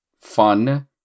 fun